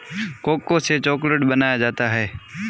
cocoa से chocolate बनाया जाता है